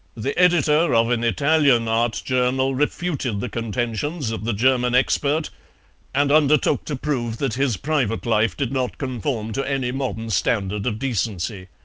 the editor of an italian art journal refuted the contentions of the german expert and undertook to prove that his private life did not conform to any modern standard of decency.